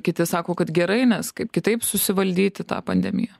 kiti sako kad gerai nes kaip kitaip susivaldyti tą pandemiją